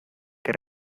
que